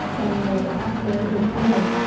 and then lastly, the timing.